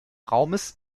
raumes